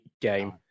game